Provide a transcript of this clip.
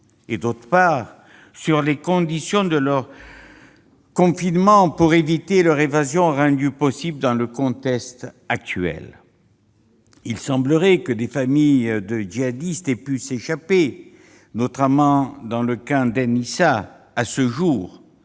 et, d'autre part, sur les conditions de leur confinement, afin d'éviter leur évasion, rendue possible dans le contexte actuel. Il semblerait que des familles de djihadistes aient pu s'échapper, notamment du camp d'Ayn Issa. Combien